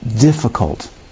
difficult